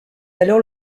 alors